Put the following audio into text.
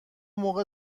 موقع